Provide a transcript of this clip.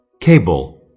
Cable